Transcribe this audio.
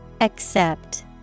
Accept